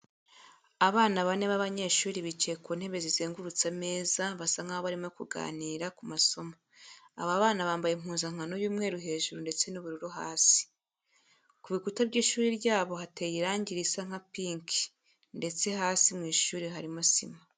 Abana bane b'abanyeshuri bicaye ku ntebe zizengurutse ameza basa nkaho bari kiganira ku masomo. Aba bana bambaye impuzankano y'umweru hejuru ndetse n'ubururu hasi. Ku bikuta by'ishuri ryabo hateye irangi risa nka pinki ndetse hasi mu ishuri harimo sima.